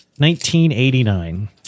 1989